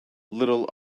little